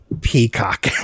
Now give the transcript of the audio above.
peacock